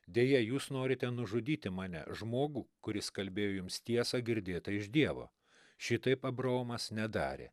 deja jūs norite nužudyti mane žmogų kuris kalbėjo jums tiesą girdėtą iš dievo šitaip abraomas nedarė